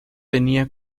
tenía